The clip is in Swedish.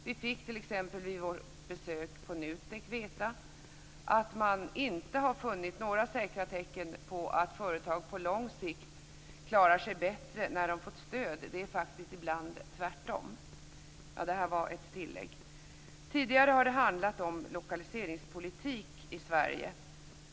Vi fick t.ex. vid vårt besök på NUTEK veta att man inte har funnit några säkra tecken på att företag på lång sikt klarar sig bättre när de fått stöd. Ibland är det faktiskt tvärtom. Tidigare har det handlat om lokaliseringspolitik i Sverige.